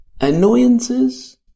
Annoyances